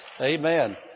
Amen